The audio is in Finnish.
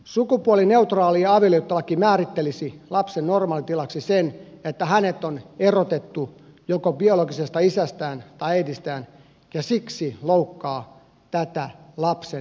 sukupuolineutraali avioliittolaki määrittelisi lapsen normaalitilaksi sen että hänet on erotettu joko biologisesta isästään tai äidistään ja siksi loukkaa tätä lapsen perusoikeutta